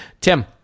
Tim